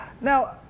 now